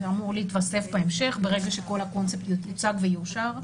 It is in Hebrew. זה אמור להתווסף בהמשך ברגע שכל הקונספט יוצג ויאושר.